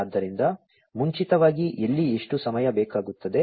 ಆದ್ದರಿಂದ ಮುಂಚಿತವಾಗಿ ಎಲ್ಲಿ ಎಷ್ಟು ಸಮಯ ಬೇಕಾಗುತ್ತದೆ